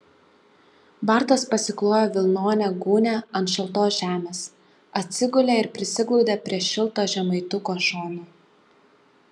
bartas pasiklojo vilnonę gūnią ant šaltos žemės atsigulė ir prisiglaudė prie šilto žemaituko šono